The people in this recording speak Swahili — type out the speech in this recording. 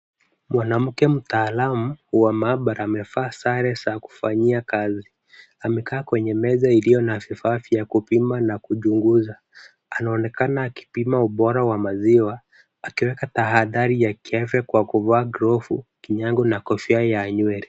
Mwanamake mtaalamu wa maabara amevaa sare za kufanyia kazi, amekaa kwenye meza iliyo na vifaa vya kupima na kuchunguza, anaonekana akipima ubora wa maziwa, akiweka tahadhari ya kiafya kwa kuvaa glavu, kinyago na kofia ya nywele.